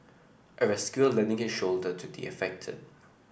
a rescuer lending his shoulder to the affected